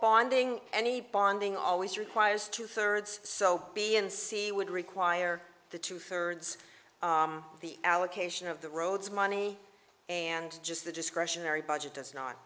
bonding any bonding always requires two thirds so b and c would require the two third's of the allocation of the roads money and just the discretionary budget does not